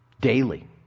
daily